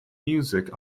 music